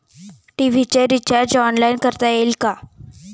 TV चे recharge online करता येईल का?